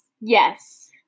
Yes